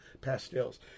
pastels